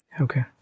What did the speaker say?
Okay